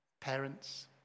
parents